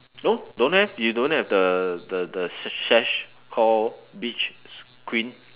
no don't have you don't have the the the sash called beach sh~ queen